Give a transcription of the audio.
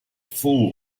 full